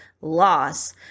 loss